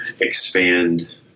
expand